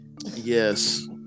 Yes